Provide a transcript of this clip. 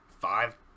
five